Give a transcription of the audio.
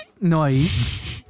noise